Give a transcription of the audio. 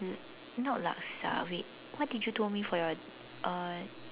not laksa wait what did you told me for your uh